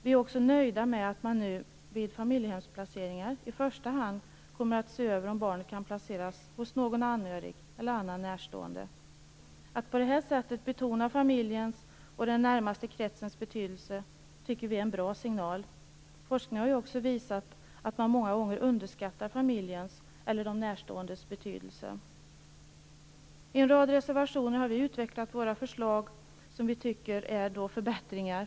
Vi är också nöjda med att man nu vid familjehemsplaceringar i första hand kommer att se över om barnet kan placeras hos någon anhörig eller annan närstående. Att på det här sättet betona familjens och den närmaste kretsens betydelse tycker vi är en bra signal. Forskning har också visat att man många gånger underskattar familjens eller de närståendes betydelse. I en rad reservationer har vi utvecklat våra förslag som vi tycker är förbättringar.